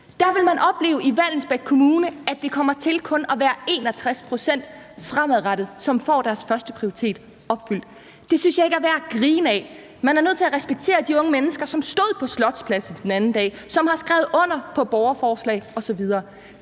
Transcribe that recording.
Der vil man i Vallensbæk Kommune opleve, at det fremadrettet kommer til kun at være 61 pct., som får deres førsteprioritet opfyldt. Det synes jeg ikke er værd at grine af. Man er nødt til at respektere de unge mennesker, som stod på Slotspladsen den anden dag, og som har skrevet under på borgerforslag osv.